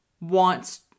wants